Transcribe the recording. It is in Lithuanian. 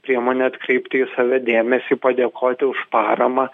priemonė atkreipti į save dėmesį padėkoti už paramą